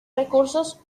recursos